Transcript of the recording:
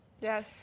Yes